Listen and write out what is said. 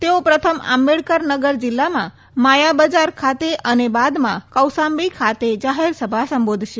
તેઓ પ્રથમ આંબેડકરનગર જીલ્લામાં માયા બજાર ખાતે અને બાદમાં કૌસાંબી ખાતે જાહેરસભા સંબોધશે